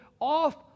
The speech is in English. off